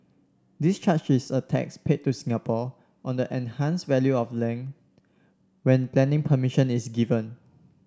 this charge is a tax paid to Singapore on the enhanced value of land when planning permission is given